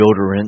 deodorant